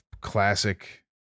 classic